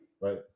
Right